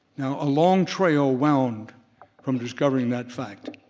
now a long trail wound from discovering that fact.